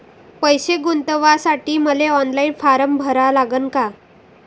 पैसे गुंतवासाठी मले ऑनलाईन फारम भरा लागन का?